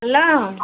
hello